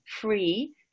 free